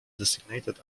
designated